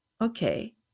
okay